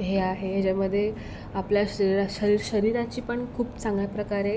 हे आहे हेच्यामध्ये आपला शरीरा शरी शरीराची पण खूप चांगल्या प्रकारे